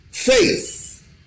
Faith